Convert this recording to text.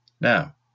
Now